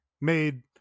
made